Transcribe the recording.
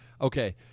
Okay